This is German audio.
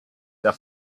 der